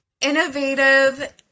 innovative